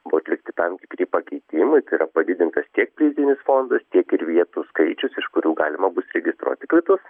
buvo atlikti tam tikri pakeitimai tai yra padidintas tiek prizinis fondas tiek ir vietų skaičius iš kurių galima bus registruoti kvitus